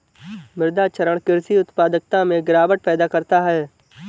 मृदा क्षरण कृषि उत्पादकता में गिरावट पैदा करता है